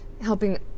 helping